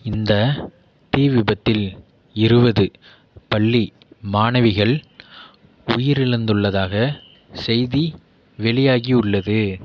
இந்த தீ விபத்தில் இருபது பள்ளி மாணவிகள் உயிரிழந்துள்ளதாக செய்தி வெளியாகியுள்ளது